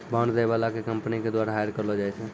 bond दै बाला के कंपनी के द्वारा हायर करलो जाय छै